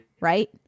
right